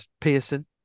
Pearson